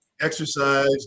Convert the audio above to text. Exercise